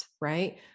right